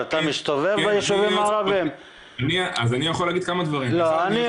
אני בא משם.